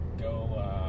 go